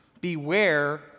Beware